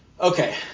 Okay